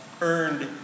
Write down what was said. earned